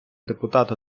депутат